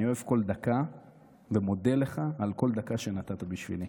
אני אוהב כל דקה ומודה לך על כל דקה שנתת בשבילי.